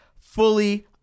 fully